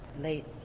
Late